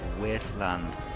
wasteland